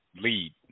lead